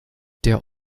der